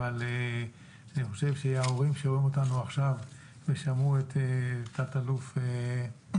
אבל אני חושב שההורים שרואים אותנו עכשיו ושמעו את תא"ל אלה